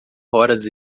horas